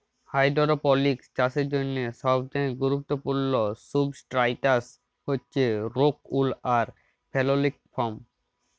hydroponics চাষের জ্যনহে সবচাঁয়ে গুরুত্তপুর্ল সুবস্ট্রাটাস হছে রোক উল আর ফেললিক ফম